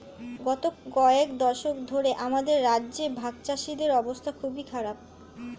গত কয়েক দশক ধরে আমাদের রাজ্যে ভাগচাষীদের অবস্থা খুবই খারাপ